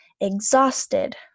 Exhausted